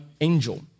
angel